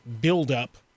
buildup